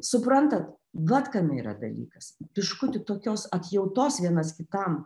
suprantat vat kame yra dalykas biškutį tokios atjautos vienas kitam